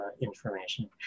information